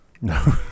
No